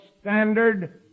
standard